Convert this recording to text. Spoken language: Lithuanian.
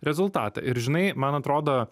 rezultatą ir žinai man atrodo